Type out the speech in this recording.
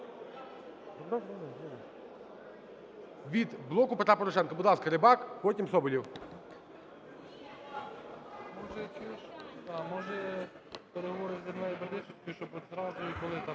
від "Блоку Петра Порошенка". Будь ласка, Рибак, потім – Соболєв.